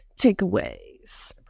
takeaways